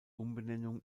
umbenennung